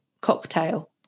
cocktail